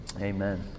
Amen